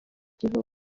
gihugu